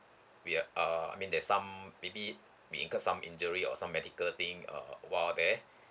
we are err I mean there's some maybe we incurred some injury or some medical thing uh while there